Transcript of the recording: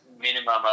minimum